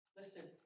listen